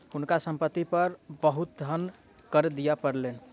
हुनका संपत्ति पर बहुत धन कर दिअ पड़लैन